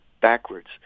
backwards